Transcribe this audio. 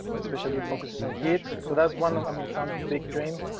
especially focuses on kids. so that's one. i mean sounds big dream,